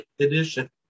edition